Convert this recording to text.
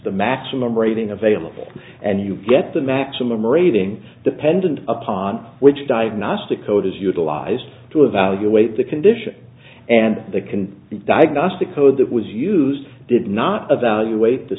the maximum rating available and you get the maximum rating dependent upon which diagnostic code is utilized to evaluate the condition and that can be diagnostic code that was used did not evaluate the